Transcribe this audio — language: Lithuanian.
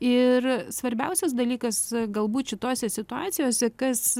ir svarbiausias dalykas galbūt šitose situacijose kas